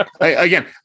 Again